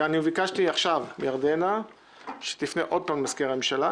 ביקשתי עכשיו מירדנה שתפנה שוב למזכיר הממשלה.